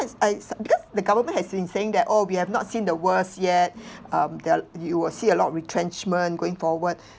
I s~ because the government has been saying that oh we have not seen the worse yet um that'll you will see a lot retrenchment going forward